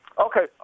Okay